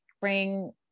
bring